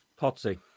Potsy